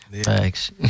Thanks